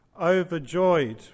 overjoyed